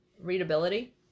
readability